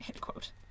quote